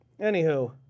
Anywho